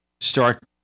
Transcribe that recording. start